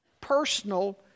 personal